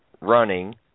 running